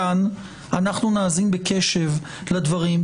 כאן אנחנו נאזין בקשב לדברים,